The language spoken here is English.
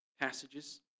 passages